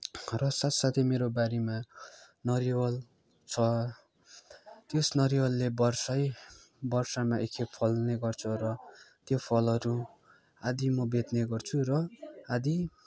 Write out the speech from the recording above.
घर साथ साथै मेरो बारीमा नरिवल छ त्यस नरिवलले वर्षै वर्षामा एकखेप फल्ने गर्छ र त्यो फलहरू आधा म बेच्ने गर्छु र आधा